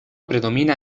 predomina